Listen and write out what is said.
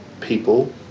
people